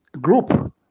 Group